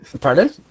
Pardon